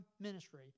ministry